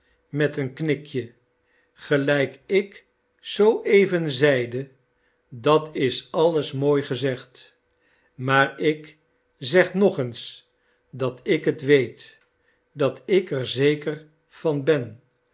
met een knikje gelijk ik zoo even zeide dat is alles mooi gezegd maar ik zeg nog eens dat ik het weet dat ik er zeker van ben